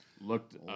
Looked